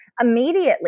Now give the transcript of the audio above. immediately